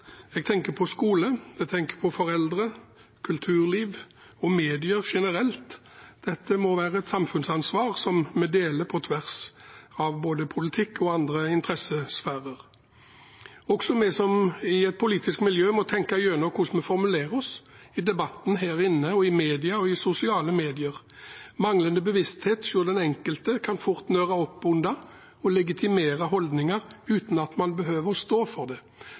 tenker jeg på skole, på foreldre, på kulturliv og medier generelt. Dette må være et samfunnsansvar som vi deler, på tvers av både politikk og andre interessesfærer. Også vi som er i et politisk miljø, må tenke gjennom hvordan vi formulerer oss, i debatten her inne og i media og i sosiale medier. Manglende bevissthet hos den enkelte kan fort nøre opp under og legitimere holdninger uten at man behøver å stå for det.